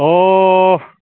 अह